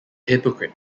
hypocrite